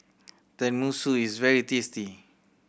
tenmusu is very tasty